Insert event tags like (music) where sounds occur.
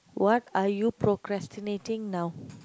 what are you procrastinating now (breath)